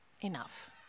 enough